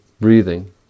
breathing